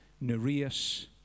Nereus